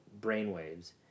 brainwaves